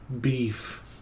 beef